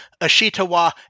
Ashitawa